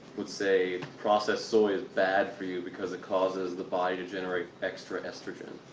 let's say, processed soy is bad for you because it causes the body to generate extra estrogen.